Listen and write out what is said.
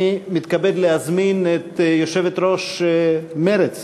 אני מתכבד להזמין את יושבת-ראש מרצ,